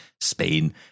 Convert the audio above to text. Spain